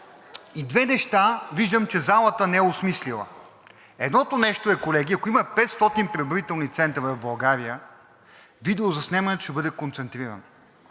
И две неща виждам, че залата не е осмислила. Едното нещо е, колеги, ако има 500 преброителни центъра в България, видеозаснемането ще бъде концентрирано.